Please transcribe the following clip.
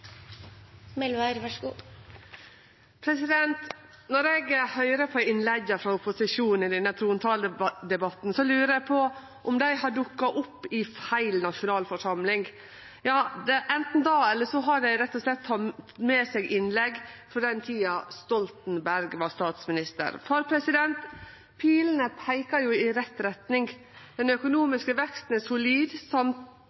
Når eg høyrer på innlegga frå opposisjonen i denne trontaledebatten, lurer eg på om dei har dukka opp i feil nasjonalforsamling. Ja, det er anten det, eller så har dei rett og slett teke med seg innlegg frå den tida då Stoltenberg var statsminister. For pilene peikar i rett retning. Den